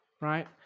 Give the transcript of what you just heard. right